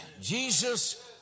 Jesus